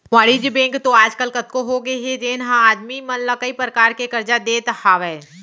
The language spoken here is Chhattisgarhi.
वाणिज्य बेंक तो आज काल कतको होगे हे जेन ह आदमी मन ला कई परकार के करजा देत हावय